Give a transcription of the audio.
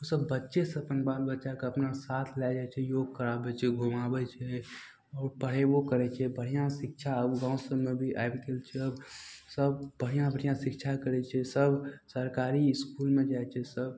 उसब बच्चेसँ अपन बाल बच्चाके अपना साथ लए जाइ छै योग कराबय छै घुमाबय छै आओर पढ़ेबो करय छै बढ़िआँ शिक्षा आब गाँव सबमे भी आबि गेल छै सब बढ़िआँ बढ़िआँ शिक्षा करय छै सब सरकारी इसकुलमे जाइ छै सब